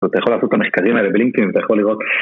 אתה יכול לעשות את המחקרים האלה בלינקים, אתה יכול לראות.